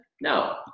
No